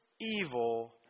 evil